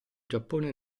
giappone